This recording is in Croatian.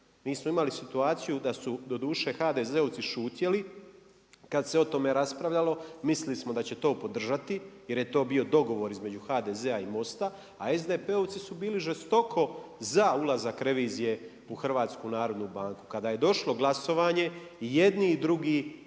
Mi smo imali situaciju da su doduše, HDZ-ovci šutjeli kad se o tome raspravljalo, mislili smo da će to podržati jer je to bio dogovor između HDZ-a i MOST-a, a SDP-ovci su bili žestoko za ulazak revizije u HNB. Kada je došlo glasovanje, jedni i drugi